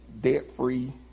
debt-free